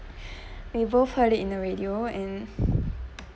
we both heard it in the radio and